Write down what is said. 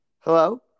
Hello